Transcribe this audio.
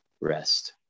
rest